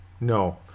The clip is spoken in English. No